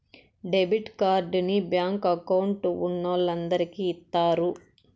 debit కార్డుని bank account ఉన్నోలందరికి ఇత్తారు